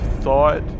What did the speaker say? thought